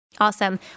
Awesome